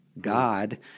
God